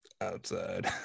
outside